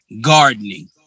gardening